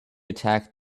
attacked